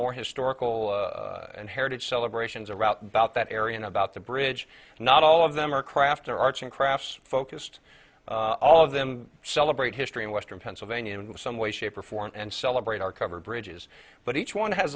more historical and heritage celebration the route about that area about the bridge not all of them are craft or arch and crafts focused all of them celebrate history in western pennsylvania in some way shape or form and celebrate are covered bridges but each one has